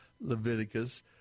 leviticus